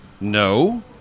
No